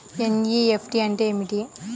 NEFT అంటే ఏమిటి?